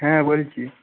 হ্যাঁ বলছি